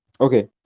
Okay